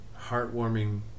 heartwarming